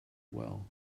well